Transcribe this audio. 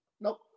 Nope